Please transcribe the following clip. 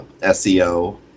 SEO